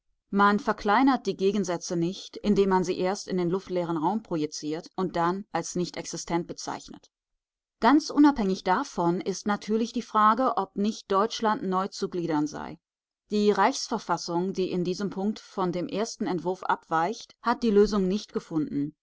man verkleinert die gegensätze nicht indem man sie erst in den luftleeren raum projiziert und dann als nichtexistent bezeichnet ganz unabhängig davon ist natürlich die frage ob nicht deutschland neu zu gliedern sei die reichsverfassung die in diesem punkt von dem ersten entwurf abweicht hat die lösung nicht gefunden